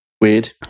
Weird